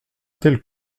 telle